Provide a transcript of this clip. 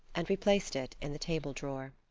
and replaced it in the table drawer.